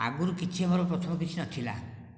ଆଗରୁ କିଛି ଆମର ପ୍ରଥମ କିଛି ନଥିଲା